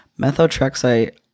Methotrexate